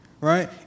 right